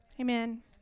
Amen